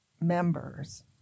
members